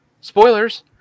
Spoilers